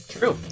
True